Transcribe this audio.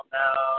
now